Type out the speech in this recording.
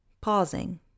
Pausing